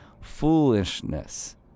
foolishness